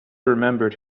remembered